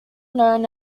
known